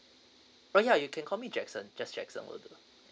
ah ya you can call me jackson just jackson will do